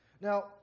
Now